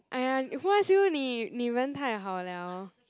!aiya! who ask you 你人太好了